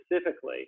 specifically